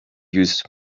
use